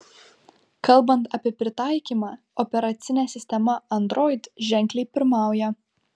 kalbant apie pritaikymą operacinė sistema android ženkliai pirmauja